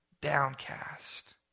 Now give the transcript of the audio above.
downcast